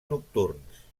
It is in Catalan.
nocturns